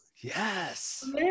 Yes